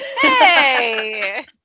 hey